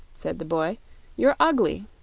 said the boy you're ugly.